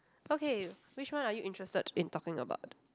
okay which one are you interested in talking about